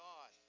God